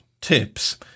tips